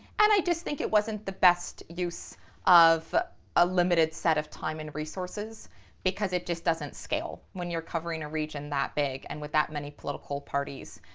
and i just think it wasn't the best use of a limited set of time and resources because it just doesn't scale when you're covering a region that big and with that many political parties.